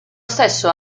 stesso